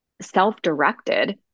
self-directed